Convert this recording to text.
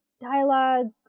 dialogue